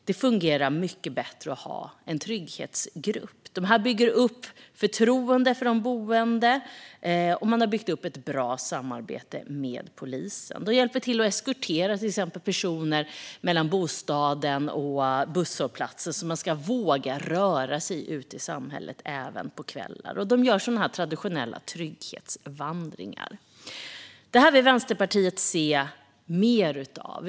Det fungerar mycket bättre att ha en trygghetsgrupp. De bygger upp förtroende med de boende, och de har byggt upp ett bra samarbete med polisen. De hjälper till exempel till med att eskortera personer mellan bostaden och busshållplatsen så att människor ska våga röra sig ute i samhället även på kvällar. De gör traditionella trygghetsvandringar. Detta vill Vänsterpartiet se mer av.